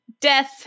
death